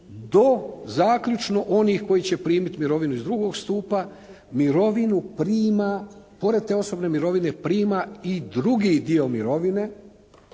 do zaključno onih koji će primiti mirovinu iz drugog stupa, mirovinu prima pored te osobne mirovine prima i drugi dio mirovine